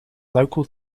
local